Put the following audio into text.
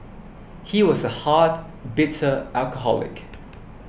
he was a hard bitter alcoholic